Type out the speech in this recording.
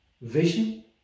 vision